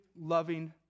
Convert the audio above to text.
loving